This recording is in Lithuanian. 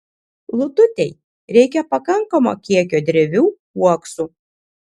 lututei reikia pakankamo kiekio drevių uoksų